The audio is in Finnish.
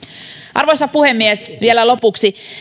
arvoisa puhemies vielä lopuksi